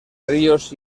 ríos